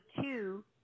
two